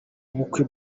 ubukwe